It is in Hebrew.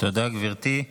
תודה, גברתי.